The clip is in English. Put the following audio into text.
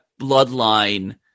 Bloodline